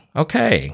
okay